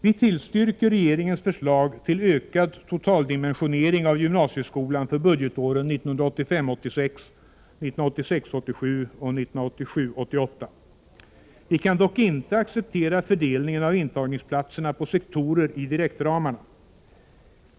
Vi tillstyrker regeringens förslag till ökad totaldimensionering av gymnasieskolan för budgetåren 1985 87 och 1987/88. Vi kan dock inte acceptera fördelningen av intagningsplatserna på sektorer i direktramarna.